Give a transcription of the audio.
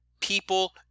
people